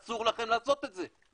אסור לכם לעשות את זה.